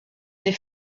les